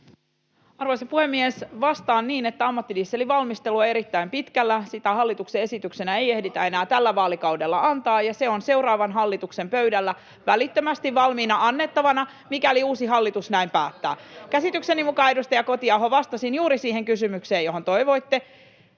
Arvoisa puhemies! Vastaan niin, että ammattidieselin valmistelu on erittäin pitkällä. Hallituksen esityksenä sitä ei ehditä enää tällä vaalikaudella antamaan, mutta se on seuraavan hallituksen pöydällä [Naurua — Välihuutoja perussuomalaisten ryhmästä] välittömästi valmiina annettavaksi, mikäli uusi hallitus näin päättää. Käsitykseni mukaan, edustaja Kotiaho, vastasin juuri siihen kysymykseen, johon toivoitte.